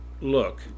look